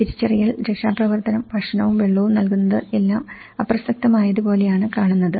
തിരച്ചിൽ രക്ഷാപ്രവർത്തനം ഭക്ഷണവും വെള്ളവും നൽകുന്നത് എല്ലാം അപ്രസക്തമായത്പോലെയാണ് കാണുന്നത്